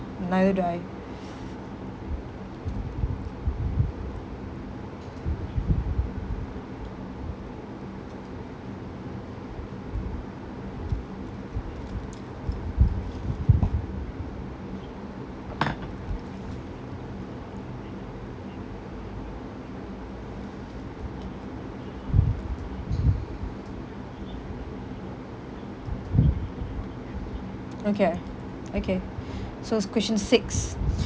neither do I okay ah okay so it's question six